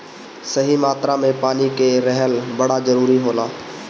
सही मात्रा में पानी के रहल बड़ा जरूरी होला